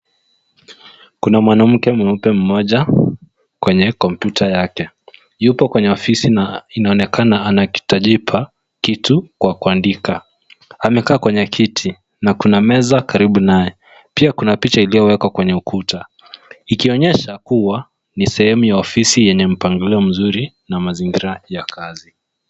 Kuna mwanamke mweupe mmoja kwenye kompyuta yake. Yupo kwenye ofisi na inaonekana anakitajipa kitu kwa kuandika. Amekaa kwenye kiti na kuna meza karibu naye, pia kuna picha iliyowekwa kwenye ukuta ikionyesha kuwa ni sehemu ya ofisi yenye mpangilio mzuri na mazingira ya kazi.